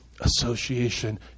association